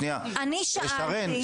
שרן,